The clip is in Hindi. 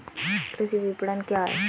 कृषि विपणन क्या है?